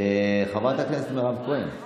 חברת הכנסת מירב כהן.